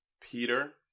Peter